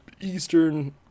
Eastern